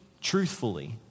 truthfully